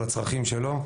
לצרכים שלו.